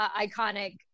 iconic